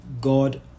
God